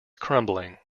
crumbling